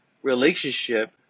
relationship